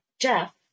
Jeff